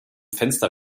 fenster